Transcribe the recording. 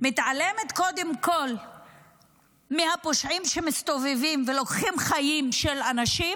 מתעלמת קודם כול מהפושעים שמסתובבים ולוקחים חיים של אנשים